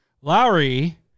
Lowry